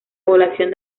población